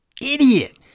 idiot